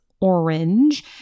orange